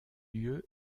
lieu